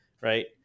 right